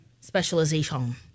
Specialization